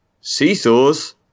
seesaws